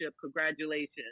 congratulations